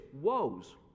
woes